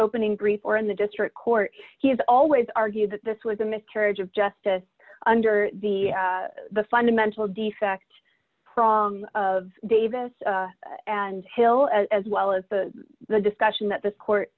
opening brief or in the district court he has always argued that this was a miscarriage of justice under the fundamental defect prong of davis and hill as well as the discussion that this court